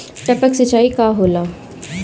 टपक सिंचाई का होला?